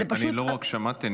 אני לא רק שמעתי,